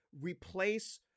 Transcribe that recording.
replace